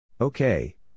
Okay